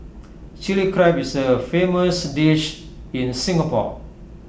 Chilli Crab is A famous dish in Singapore